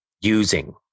using